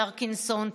פרקינסון,